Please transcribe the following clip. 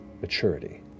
maturity